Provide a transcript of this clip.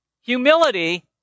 Humility